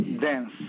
dance